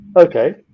okay